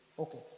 Okay